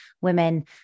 women